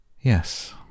Yes